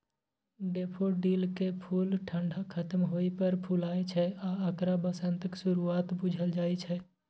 डेफोडिलकेँ फुल ठंढा खत्म होइ पर फुलाय छै आ एकरा बसंतक शुरुआत बुझल जाइ छै